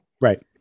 Right